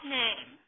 name